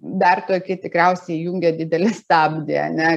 dar tokį tikriausiai įjungia didelį stabdį ane